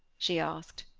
she asked.